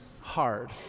hard